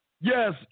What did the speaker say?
yes